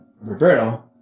Roberto